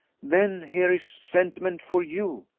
then here is sentiment for you,